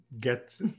get